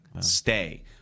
Stay